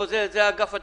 זה אגף התקציבים,